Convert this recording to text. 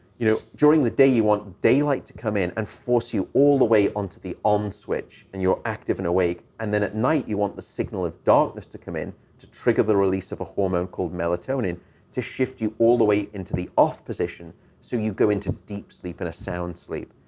you know, during the day, you want daylight to come in and force you all the way on to the on switch and you're active and awake. and then at night, you want the signal of darkness to come in to trigger the release of a hormone called melatonin to shift you all the way into the off position so you go into deep sleep and a sound sleep.